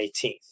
18th